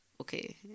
okay